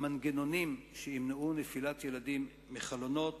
מנגנונים שימנעו נפילת ילדים מחלונות,